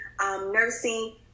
nursing